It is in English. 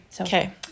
Okay